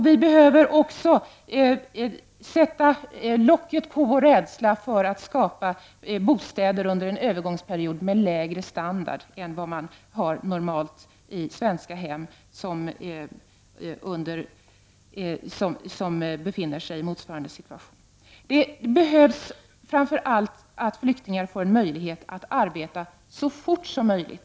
Vi behöver också sätta locket på vår rädsla för att skapa bostäder under en övergångstid med lägre standard än vad man har normalt i svenska hem i motsvarande situation. Framför allt behöver flyktingar få tillfälle att arbeta så fort som möjligt.